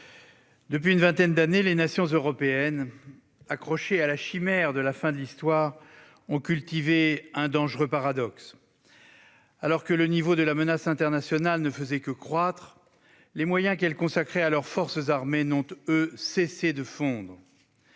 depuis une vingtaine d'années, les nations européennes, accrochées à la chimère de la fin de l'histoire, ont cultivé un dangereux paradoxe. Alors que le niveau de la menace internationale ne faisait que croître, les moyens qu'elles consacraient à leurs forces armées n'ont, eux, cessé de fondre.